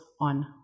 on